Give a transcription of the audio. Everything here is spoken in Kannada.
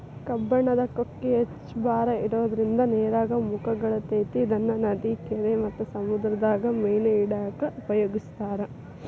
ಕಬ್ಬಣದ ಕೊಕ್ಕಿ ಹೆಚ್ಚ್ ಭಾರ ಇರೋದ್ರಿಂದ ನೇರಾಗ ಮುಳಗತೆತಿ ಇದನ್ನ ನದಿ, ಕೆರಿ ಮತ್ತ ಸಮುದ್ರದಾಗ ಮೇನ ಹಿಡ್ಯಾಕ ಉಪಯೋಗಿಸ್ತಾರ